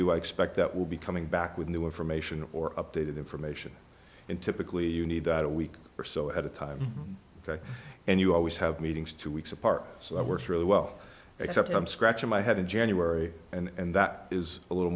you i expect that will be coming back with new information or updated information and typically you need a week or so at a time and you always have meetings two weeks apart so it works really well except i'm scratching my head in january and that is a little